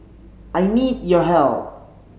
I need your help